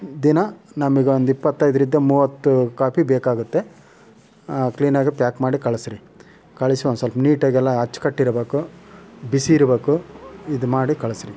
ದಿನ ನಮಗೊಂದ್ ಇಪ್ಪತ್ತೈದರಿಂದ ಮೂವತ್ತು ಕಾಪಿ ಬೇಕಾಗುತ್ತೆ ಕ್ಲೀನಾಗೆ ಪ್ಯಾಕ್ ಮಾಡಿ ಕಳಿಸ್ರಿ ಕಳಿಸಿ ಒಂದುಸ್ವಲ್ಪ್ ನೀಟಾಗೆಲ್ಲ ಅಚ್ಚುಕಟ್ಟಿರ್ಬೇಕು ಬಿಸಿ ಇರ್ಬೇಕು ಇದ್ಮಾಡಿ ಕಳಿಸ್ರಿ